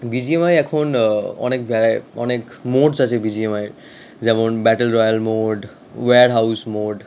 BGMI এখন অনেক ব্যা অনেক মোডস আছে বিজিএমআইয়ের যেমন battle royale mode warehouse mode